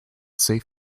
safe